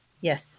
Yes